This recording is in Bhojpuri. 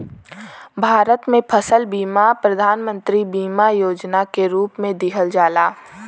भारत में फसल बीमा प्रधान मंत्री बीमा योजना के रूप में दिहल जाला